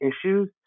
issues